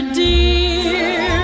dear